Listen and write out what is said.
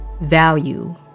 value